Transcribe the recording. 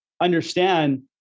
understand